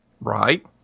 Right